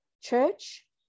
church